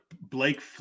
Blake